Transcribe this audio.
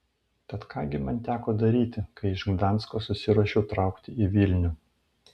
tad ką gi man teko daryti kai iš gdansko susiruošiau traukti į vilnių